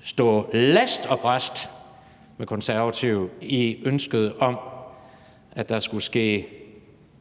stå last og brast med Konservative i ønsket om, at der skulle ske en